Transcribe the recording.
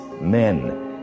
men